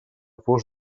fos